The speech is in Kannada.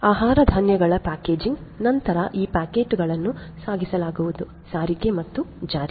ಆಹಾರ ಧಾನ್ಯಗಳ ಪ್ಯಾಕೇಜಿಂಗ್ ನಂತರ ಈ ಪ್ಯಾಕೇಜುಗಳನ್ನು ಸಾಗಿಸಲಾಗುವುದು ಸಾರಿಗೆ ಮತ್ತು ಜಾರಿ